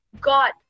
God